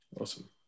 Awesome